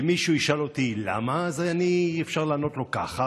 ואם מישהו ישאל אותי למה, אז אפשר לענות לו: ככה.